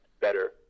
better